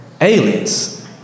aliens